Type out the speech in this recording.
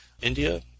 India